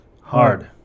hard